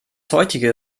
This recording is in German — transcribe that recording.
heutige